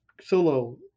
solo